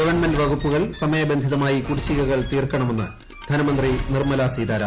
government വകുപ്പുകൾ സമയബന്ധിതമായി കുടിശ്ശികകൾ തീർക്കണമെന്ന് ധനമന്ത്രി നിർമ്മലാസീതാരാമൻ